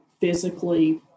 physically